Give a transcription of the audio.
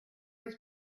his